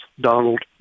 Donald